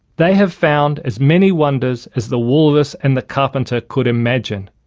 they have found as many wonders as the walrus and the carpenter could imagine.